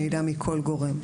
מידע מכל גורם.